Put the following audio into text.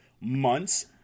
months